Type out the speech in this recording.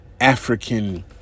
African